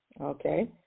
Okay